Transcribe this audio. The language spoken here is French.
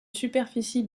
superficie